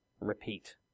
repeat